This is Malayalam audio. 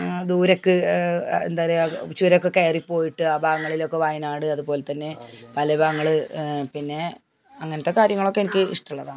ദൂരേക്ക് എന്താ പറയുക ചുരമൊക്കെ കയറിപ്പോയിട്ട് ആ ഭാഗങ്ങളിലൊക്കെ വയനാട് അതുപോലെ തന്നെ പലേ ഭാഗങ്ങള് പിന്നെ അങ്ങനത്തെ കാര്യങ്ങളൊക്കെ എനിക്ക് ഇഷ്ടമുള്ളതാണ്